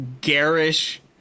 garish